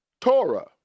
Torah